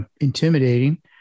intimidating